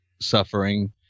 suffering